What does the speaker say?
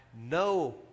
no